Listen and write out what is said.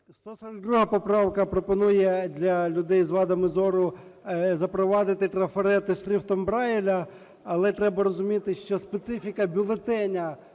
142 поправка пропонує для людей з вадами зору запровадити трафарет із шрифтом Брайля. Але треба розуміти, що специфіка бюлетеня